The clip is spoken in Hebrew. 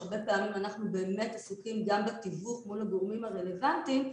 שהרבה פעמים אנחנו עסוקים בתיווך מול הגורמים הרלוונטיים,